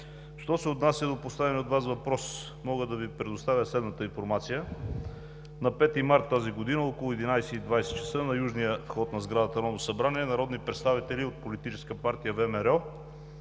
Що се отнася до поставения от Вас въпрос, мога да Ви предоставя следната информация. На 5 март тази година, около 11,20 ч. на южния вход на сградата на Народното събрание народни представители от Политическа партия ВМРО